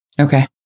Okay